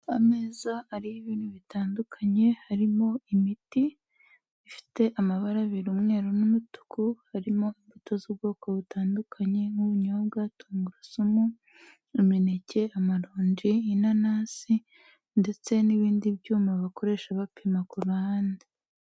Ameza ariho ibintu bitandukanye harimo imiti, ifite amabara abiri umweru n'umutuku, harimo imbuto z'ubwoko butandukanye nk'ubunyobwa, tungurusumu, imineke, amaronji, inanasi ndetse n'ibindi byuma bakoresha bapima ku ruhande.